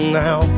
now